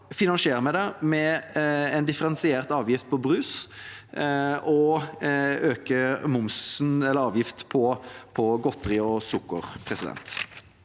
finansierer det med en differensiert avgift på brus og øker avgiften på godteri og sukker.